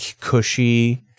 cushy